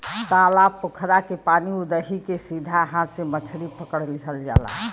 तालाब पोखरा के पानी उदही के सीधा हाथ से मछरी पकड़ लिहल जाला